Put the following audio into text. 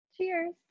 Cheers